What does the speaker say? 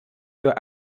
für